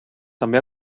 també